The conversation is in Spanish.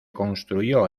construyó